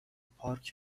پارک